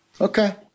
Okay